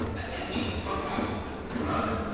a heavy drug-like odor. a drug?